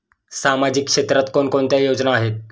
सामाजिक क्षेत्रात कोणकोणत्या योजना आहेत?